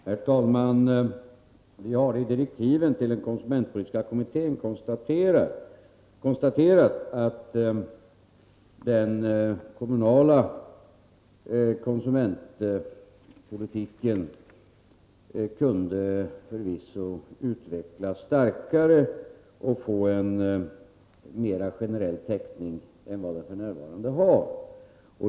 Herr talman! Vi har i direktiven till den konsumentpolitiska kommittén konstaterat att den kommunala konsumentpolitiken förvisso kunde utvecklas starkare och få en mera generell täckning än vad den f. n. har.